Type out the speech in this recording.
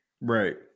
Right